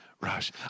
rush